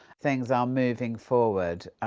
things are moving forward.